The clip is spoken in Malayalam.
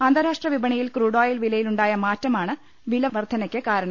അന്താരാഷ്ട്ര വിപണിയിൽ ക്രൂഡോയിൽ വിലയിലുണ്ടായ മാറ്റമാണ് വില വർധനയ്ക്ക് കാരണം